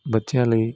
ਬੱਚਿਆਂ ਲਈ